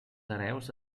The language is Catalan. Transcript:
hereus